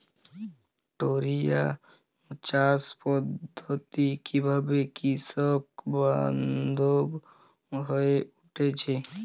টোরিয়া চাষ পদ্ধতি কিভাবে কৃষকবান্ধব হয়ে উঠেছে?